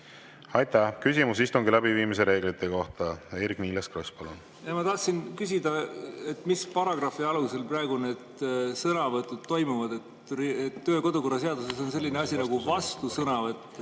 Aitäh! Küsimus istungi läbiviimise reeglite kohta, Eerik-Niiles Kross, palun! Ma tahtsin küsida, mis paragrahvi alusel praegu need sõnavõtud toimuvad. Töö‑ ja kodukorra seaduses on selline asi nagu vastusõnavõtt,